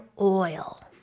oil